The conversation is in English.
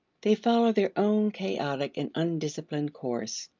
they follow their own chaotic and undisciplined course.